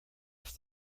off